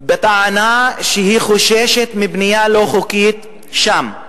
בטענה שהיא חוששת מבנייה לא-חוקית שם.